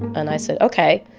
and i said, ok,